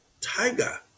tiger